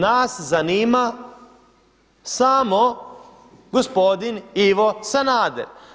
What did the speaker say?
Nas zanima samo gospodin Ivo Sanader.